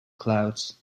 clouds